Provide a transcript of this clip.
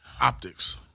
optics